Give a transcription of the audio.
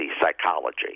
psychology